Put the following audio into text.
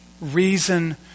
reason